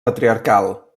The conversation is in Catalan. patriarcal